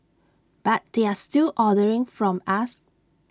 but they're still ordering from us